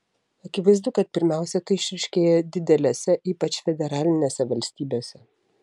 akivaizdu kad pirmiausia tai išryškėja didelėse ypač federalinėse valstybėse